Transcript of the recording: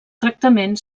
tractament